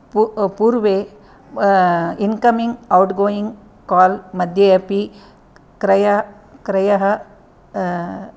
पु पूर्वे incoming outgoing call मध्ये अपि क्रय क्रयः